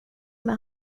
med